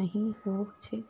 नहीं हो छे